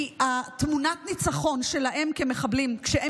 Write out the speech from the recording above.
כי תמונת הניצחון שלהם כמחבלים כשהם